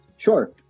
Sure